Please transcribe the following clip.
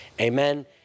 Amen